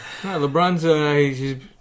lebron's